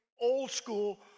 old-school